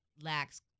lacks